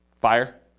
Fire